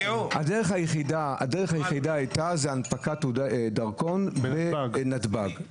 הדרך היחידה זו הנפקת דרכון בנתב"ג.